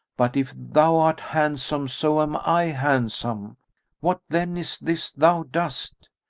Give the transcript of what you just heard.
but if thou art handsome, so am i handsome what then is this thou dost?